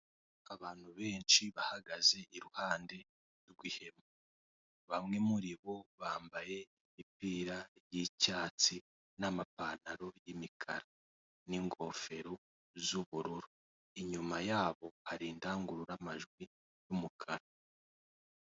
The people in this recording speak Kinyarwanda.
Abantu benshi bahagaze iruhande ry'ihema bamwe muri bo bambaye imipira y'icyatsi n'amapantaro y'imikara n'ingofero z'ubururu, inyuma yabo hari indangururamajwi y'umukara.